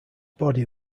body